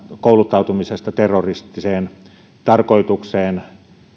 kouluttautumisesta terroristiseen tarkoitukseen